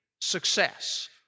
success